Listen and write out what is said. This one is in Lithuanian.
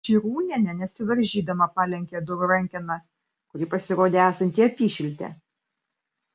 čirūnienė nesivaržydama palenkė durų rankeną kuri pasirodė esanti apyšiltė